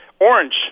Orange